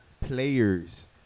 players